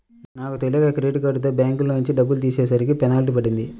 నాకు తెలియక క్రెడిట్ కార్డుతో బ్యాంకులోంచి డబ్బులు తీసేసరికి పెనాల్టీ పడింది